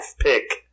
pick